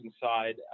side